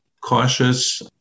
cautious